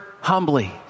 humbly